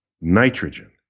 nitrogen